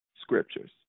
scriptures